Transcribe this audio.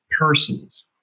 persons